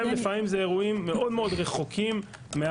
גם אם זה לפעמים זה אירועים מאוד רחוקים מהמרכז.